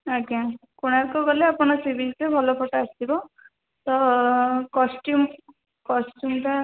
ଆଜ୍ଞା କୋଣାର୍କ ଗଲେ ଆପଣ ସି ବିଚ୍ରେ ଭଲ ଫୋଟ ଆସିବ ତ କଷ୍ଟ୍ୟୁମ୍ କଷ୍ଟ୍ୟୁମ୍ଟା